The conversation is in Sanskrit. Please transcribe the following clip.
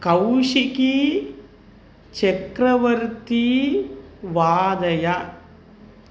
कौशिकी चक्रवर्तिः वादय